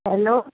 hello